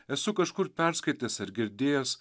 esu kažkur perskaitęs ar girdėjęs